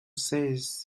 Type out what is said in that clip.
says